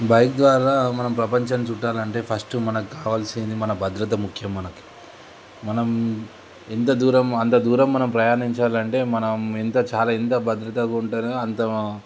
bike ద్వారా మనం ప్రపంచం చుట్టాలంటే ఫస్ట్ మనకు కావాల్సింది మన భద్రత ముఖ్యం మనకి మనం ఎంత దూరం అంత దూరం మనం ప్రయాణించాలి అంటే మనం ఎంత చాలా ఎంత భద్రతగా ఉంటేనే అంత